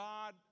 God